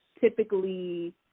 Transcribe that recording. typically